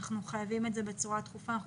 אנחנו חייבים את זה באופן דחוף ואנחנו